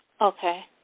okay